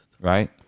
Right